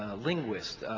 linguist.